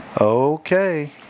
Okay